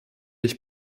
ich